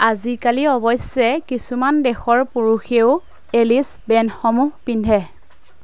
আজিকালি অৱশ্যে কিছুমান দেশৰ পুৰুষেও এলিচ ব্ৰেণ্ডসমূহ পিন্ধে